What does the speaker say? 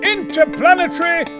Interplanetary